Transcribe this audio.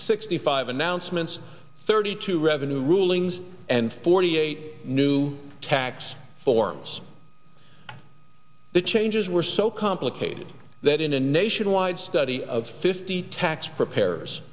sixty five announcements thirty two revenue rulings and forty eight new tax forms the changes were so complicated that in a nationwide study of fifty tax preparers